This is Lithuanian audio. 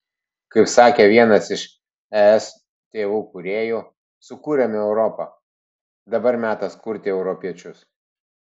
kaip sakė vienas iš es tėvų kūrėjų sukūrėme europą dabar metas kurti europiečius